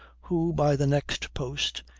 who, by the next post,